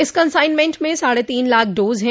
इस कंसाइनमेंट में साढ़े तीन लाख डोज है